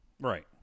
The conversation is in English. Right